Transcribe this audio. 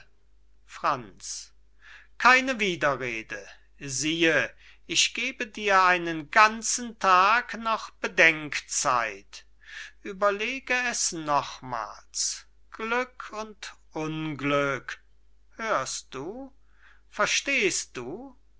franz keine widerrede siehe ich gebe dir einen ganzen tag noch bedenkzeit ueberlege es nochmals glück und unglück hörst du verstehst du